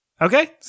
Okay